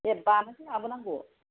ए बानानैसो लाबोनांगौ